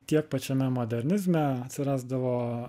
tiek pačiame modernizme atsirasdavo